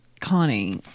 Connie